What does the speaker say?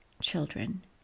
children